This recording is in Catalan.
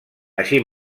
així